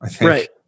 Right